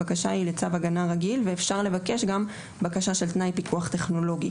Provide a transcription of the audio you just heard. הבקשה היא לצו הגנה רגיל ואפשר לבקש גם בקשה של תנאי פיקוח טכנולוגי.